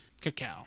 cacao